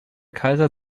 kaiser